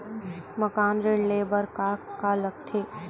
मकान ऋण ले बर का का लगथे?